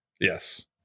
Yes